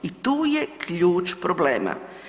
I tu je ključ problema.